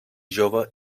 jove